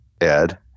Ed